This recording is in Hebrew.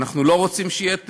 אנחנו לא רוצים שיהיה טרור,